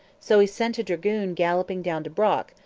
so he sent a dragoon galloping down to brock,